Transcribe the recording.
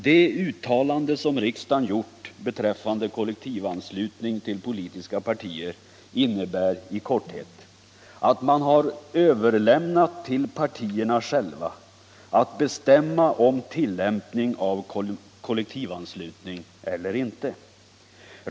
Det uttalande som riksdagen gjort beträffande kollektivanslutning till politiska partier innebär i korthet att man har överlämnat till partierna själva att bestämma om tillämpning av kollektivanslutning eller inte.